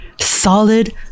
solid